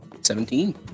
seventeen